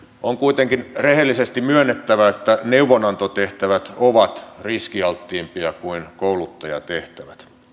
on kuitenkin rehellisesti myönnettävä että neuvonantotehtävät ovat riskialttiimpia kuin kouluttajatehtävät